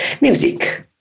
Music